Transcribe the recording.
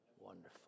Wonderful